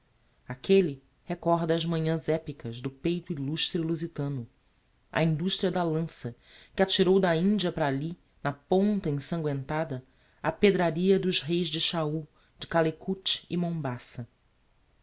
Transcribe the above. aquelle recorda as manhas epicas do peito illustre lusitano a industria da lança que atirou da india para alli na ponta ensanguentada a pedraria dos reis de chaul de calecut e mombaça